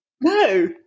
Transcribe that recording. No